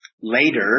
later